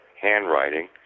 handwriting